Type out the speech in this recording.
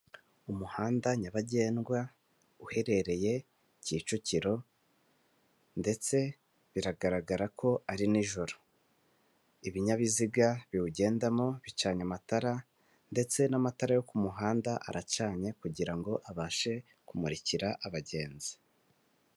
Umuhanda nyabagendwa uherereye Kicukiro ndetse biragaragara ko ari n'ijoro, ibinyabiziga biwugendamo bicanye amatara ndetse n'amatara yo ku muhanda aracanye kugirango abashe kumurikira abagenzi.